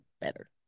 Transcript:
better